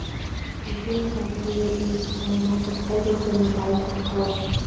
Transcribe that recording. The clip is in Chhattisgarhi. ए.टी.एम कारड ले एक घव म कतका रुपिया निकाल सकथव?